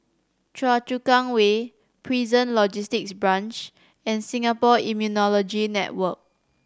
Choa Chu Kang Way Prison Logistic Branch and Singapore Immunology Network